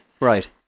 Right